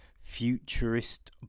futurist